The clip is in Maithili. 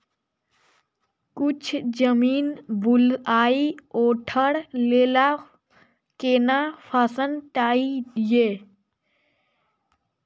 किछ जमीन बलुआही ये ओकरा लेल केना फसल ठीक ये?